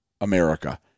America